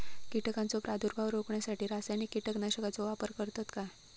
कीटकांचो प्रादुर्भाव रोखण्यासाठी रासायनिक कीटकनाशकाचो वापर करतत काय?